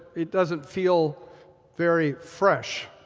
it doesn't feel very fresh.